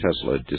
Tesla